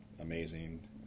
amazing